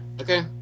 Okay